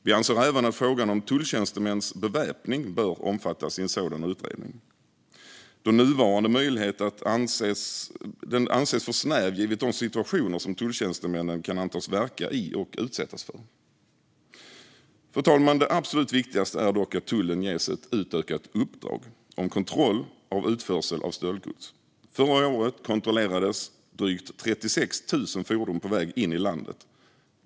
Vi anser även att frågan om tulltjänstemäns beväpning bör omfattas i en sådan utredning, då nuvarande möjlighet anses för snäv givet de situationer som tulltjänstemännen kan antas verka i och utsättas för. Fru talman! Det absolut viktigaste är dock att tullen ges ett utökat uppdrag om kontroll av utförsel av stöldgods. Förra året kontrollerades drygt 36 000 fordon på väg in i landet.